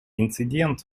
инцидент